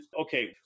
okay